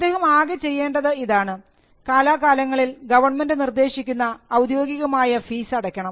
അദ്ദേഹം ആകെ ചെയ്യേണ്ടത് ഇതാണ് കാലാകാലങ്ങളിൽ ഗവൺമെൻറ് നിർദ്ദേശിക്കുന്ന ഔദ്യോഗികമായ ഫീസ് അടയ്ക്കണം